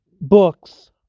books